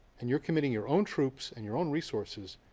and you're committing your own troops and your own resources,